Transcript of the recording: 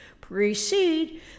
precede